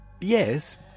yes